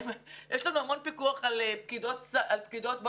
יש לנו המון פיקוח על פקידות בבנק,